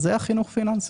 אז היה חינוך פיננסי.